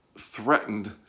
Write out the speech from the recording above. threatened